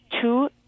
two